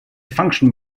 function